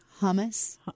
Hummus